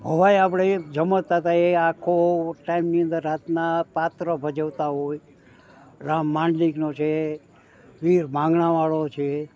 ભવાઇ આપણે એક જમતા હતા એ એક આખો ટાઈમની અંદર રાતના પાત્ર ભજવતા હોય રા માન્ડલીકનો છે વીર માંડલાવાળો છે